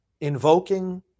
invoking